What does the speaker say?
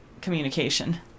communication